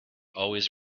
always